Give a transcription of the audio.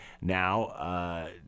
now